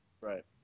Right